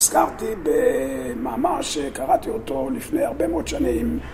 נזכרתי במאמר שקראתי אותו לפני הרבה מאוד שנים